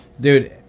Dude